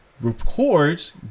records